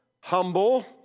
humble